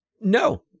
No